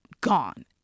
gone